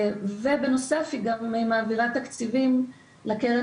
ובנוסף היא גם מעבירה תקציבים לקרן